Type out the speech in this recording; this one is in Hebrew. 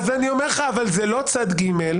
אבל זה לא צד ג'.